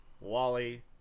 Wally